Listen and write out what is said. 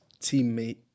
teammate